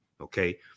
okay